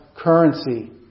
currency